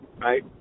right